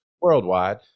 worldwide